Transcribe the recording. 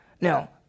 Now